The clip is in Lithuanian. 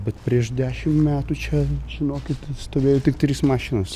bet prieš dešim metų čia žinokit stovėjo tik trys mašinos